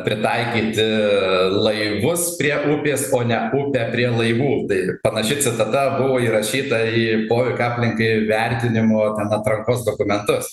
pritaikyti laivus prie upės o ne upę prie laivų tai panaši citata buvo įrašyta į poveikio aplinkai vertinimo atrankos dokumentus